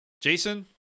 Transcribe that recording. Jason